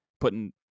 putting